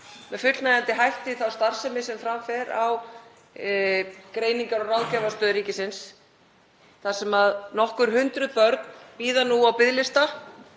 með fullnægjandi hætti þá starfsemi sem fram fer á Greiningar- og ráðgjafarstöð ríkisins þar sem nokkur hundruð börn bíða nú á biðlista